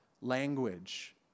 language